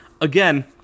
Again